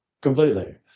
completely